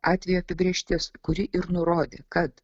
atvejo apibrėžtis kuri ir nurodė kad